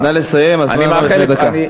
נא לסיים, הזמן עבר, בדקה.